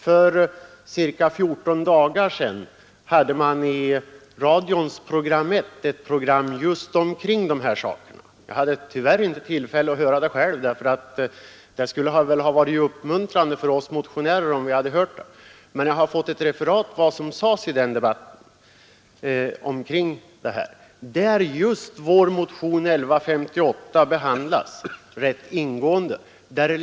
För ca 14 dagar sedan behandlade man i radions program 1 just dessa saker. Tyvärr hade jag själv inte tillfälle att höra det. Det skulle ha varit uppmuntrande för oss motionärer. Jag har emellertid fått ett referat av vad som sades i denna debatt. I denna behandlades vår motion 1158 rätt ingående.